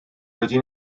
wedi